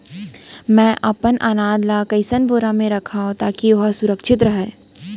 मैं अपन अनाज ला कइसन बोरा म रखव ताकी ओहा सुरक्षित राहय?